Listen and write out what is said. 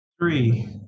Three